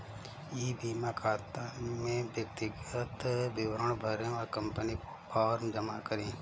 ई बीमा खाता में व्यक्तिगत विवरण भरें व कंपनी को फॉर्म जमा करें